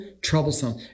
troublesome